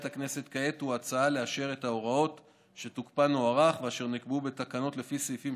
במסגרת תקנות הידוק ההגבלות הוארך עד אותו מועד תוקפן של הגבלת פעילות,